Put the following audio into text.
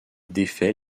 défait